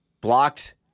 blocked